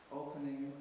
opening